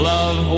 Love